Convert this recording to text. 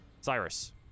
Cyrus